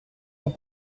nous